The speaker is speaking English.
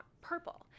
purple